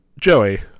Joey